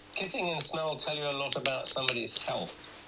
kissing and smell tell you a lot about somebody's health,